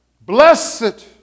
Blessed